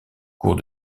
cours